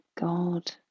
God